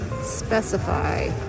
specify